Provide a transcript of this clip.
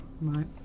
Right